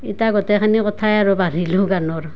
ইতা গোটেইখিনি কথাই আৰু পাহৰিলোঁ গানৰ